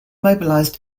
mobilised